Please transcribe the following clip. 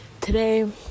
today